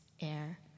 air